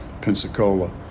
Pensacola